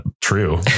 true